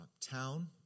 town